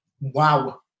wow